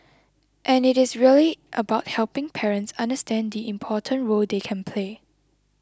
and it is really about helping parents understand the important role they can play